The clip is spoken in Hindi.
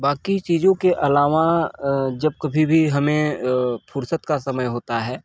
बाकि चीजों के अलावा जब कभी भी हमें फुर्सत का समय होता है